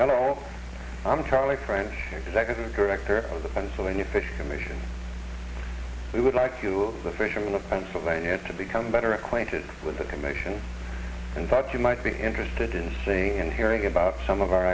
know i'm charlie french executive director of the pennsylvania fish commission who would like you the fishermen of pennsylvania to become better acquainted with the commission and thought you might be interested in seeing and hearing about some of our